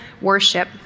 worship